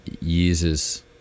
uses